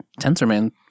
TensorMan